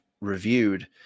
reviewed